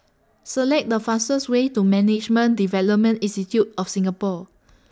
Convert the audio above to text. Select The fastest Way to Management Development Institute of Singapore